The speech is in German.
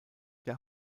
der